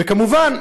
וכמובן,